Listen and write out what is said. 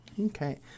Okay